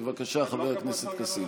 בבקשה, חבר הכנסת כסיף.